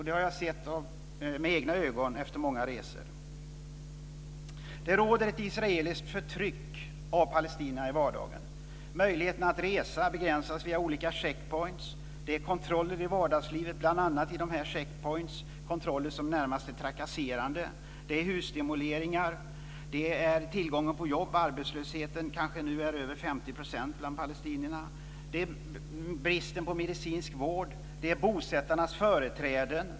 Det har jag sett med egna ögon efter många resor. Det råder ett israeliskt förtryck av palestinierna i vardagen. Möjligheterna att resa begränsas via olika check points. Det är kontroller i vardagslivet, bl.a. vid dessa check points, kontroller som är närmast trakasserande. Det är husdemoleringar. Det är tillgången på jobb. Arbetslösheten är nu kanske över 50 % bland palestinierna. Det är bristen på medicinsk vård. Det är bosättarnas företräden.